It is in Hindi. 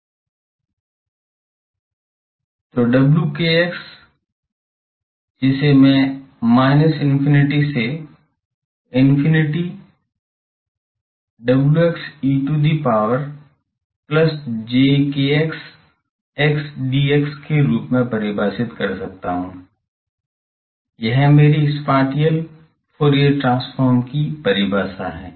तो W जिसे मैं minus infinity से infinity w e to the power plus j kx x dx के रूप में परिभाषित कर सकता हूं यह मेरी स्पाटिअल फूरियर ट्रांसफॉर्म की परिभाषा है